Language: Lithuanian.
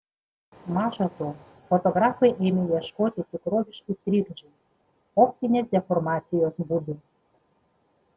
maža to fotografai ėmė ieškoti tikroviškų trikdžių optinės deformacijos būdų